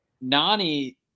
Nani